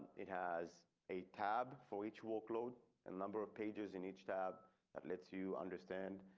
it has a tab for each workload and number of pages in each tab that let's you understand